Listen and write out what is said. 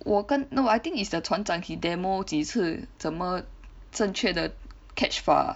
我跟 no I think is the 船长 he demo 几次怎么正确的 catch 吧